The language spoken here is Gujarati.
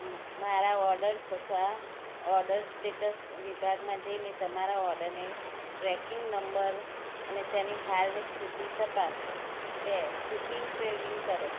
મારા ઓડરસ અથવા ઓડર સ્ટેટ્સ વિભાગમાં જઈને તમે મારા ઓર્ડરને ટ્રેકિંગ નંબર અને તેની હાલની સ્થિતિ તપાસો બે શિપિંગ ટ્રેકિંગ કરો